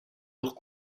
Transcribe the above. leurs